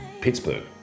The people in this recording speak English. Pittsburgh